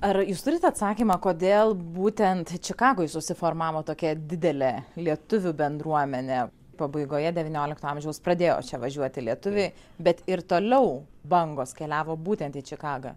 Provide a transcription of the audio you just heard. ar jūs turite atsakymą kodėl būtent čikagoj susiformavo tokia didelė lietuvių bendruomenė pabaigoje devyniolikto amžiaus pradėjo čia važiuoti lietuviai bet ir toliau bangos keliavo būtent į čikagą